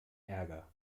ärger